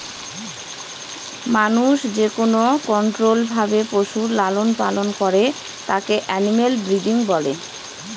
মানুষ যেকোনো কন্ট্রোল্ড ভাবে পশুর লালন পালন করে তাকে এনিম্যাল ব্রিডিং বলে